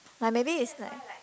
like maybe it's like